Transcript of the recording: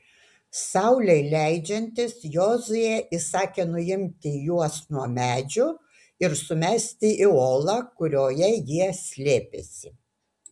saulei leidžiantis jozuė įsakė nuimti juos nuo medžių ir sumesti į olą kurioje jie slėpėsi